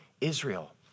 Israel